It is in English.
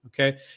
Okay